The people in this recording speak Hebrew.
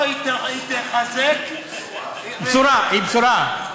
היא תחזק, היא בשורה.